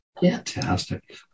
Fantastic